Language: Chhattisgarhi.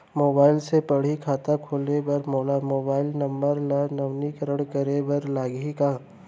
मोबाइल से पड़ही खाता खोले बर मोला मोबाइल नंबर ल नवीनीकृत करे बर लागही का?